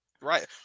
right